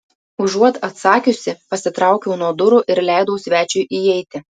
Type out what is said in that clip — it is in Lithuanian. užuot atsakiusi pasitraukiau nuo durų ir leidau svečiui įeiti